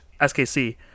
SKC